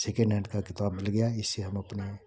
second hand का किताब मिल गया इससे हम अपने